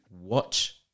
watch